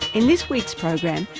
in this week's program,